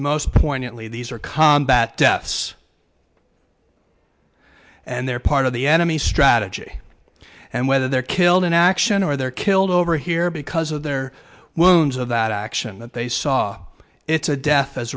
most poignantly these are combat deaths and they're part of the enemy strategy and whether they're killed in action or they're killed over here because of their wounds of that action that they saw it's a death as